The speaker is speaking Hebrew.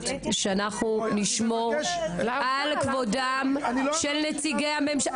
מבקשת שנשמור על כבודם של נציגי הממשלה.